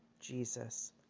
Jesus